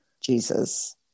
Jesus